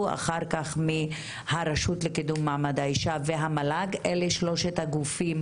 ואחר כך מהרשות לקידום מעמד האישה והמל"ג אלה שלושת הגופים,